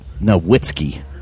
Nowitzki